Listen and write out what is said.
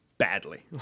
Badly